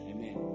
Amen